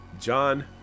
John